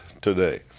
today